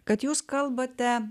kad jūs kalbate